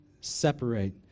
separate